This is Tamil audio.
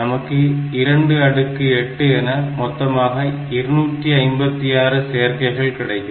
நமக்கு 28 என மொத்தமாக 256 சேர்க்கைகள் கிடைக்கும்